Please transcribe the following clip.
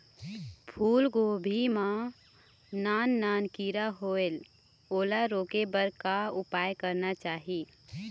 फूलगोभी मां नान नान किरा होयेल ओला रोके बर का उपाय करना चाही?